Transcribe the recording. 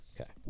Okay